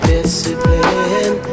Discipline